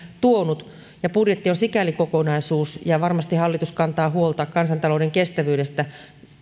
tuonut ja budjetti on sikäli kokonaisuus ja varmasti hallitus kantaa huolta kansantalouden kestävyydestä